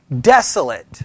desolate